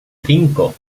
cinco